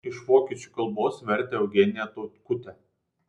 iš vokiečių kalbos vertė eugenija tautkutė